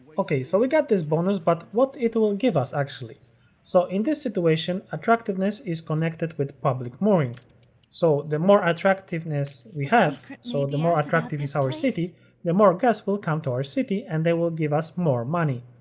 okay, so we got this bonus but what it will give us actually so in this situation attractiveness is connected with public moorings so the more attractiveness we have so the more attractive is our city the more guest will come to our city and they will give us more money